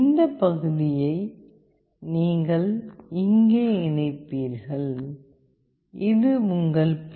இந்த பகுதியை நீங்கள் இங்கே இணைப்பீர்கள் இது உங்கள் பி